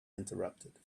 interrupted